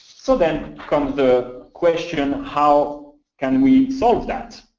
so then comes the question how can we solve that?